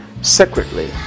secretly